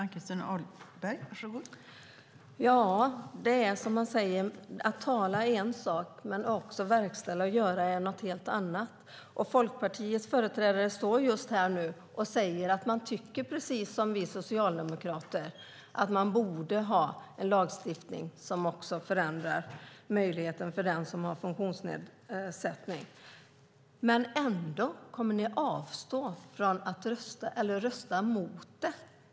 Fru talman! Det är som man säger: Att tala är en sak, men att verkställa och göra är något helt annat. Folkpartiets företrädare står nu här och säger att man, precis som vi Socialdemokrater tycker, borde ha en lagstiftning som förändrar möjligheten för den som har funktionsnedsättning. Ändå kommer ni, Ismail Kamil, att rösta emot det.